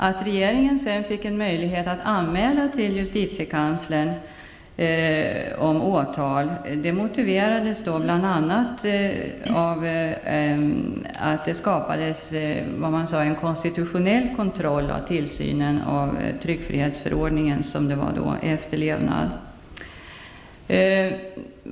Att regering sedan fick möjlighet att anmäla till justitiekanslern om åtal motiverades bl.a. av att det skapades en konstitutionell kontroll av tillsynen av tryckfrihetsförordningens efterlevnad.